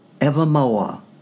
Evermore